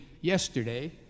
yesterday